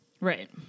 Right